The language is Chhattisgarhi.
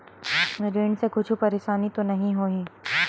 ऋण से कुछु परेशानी तो नहीं होही?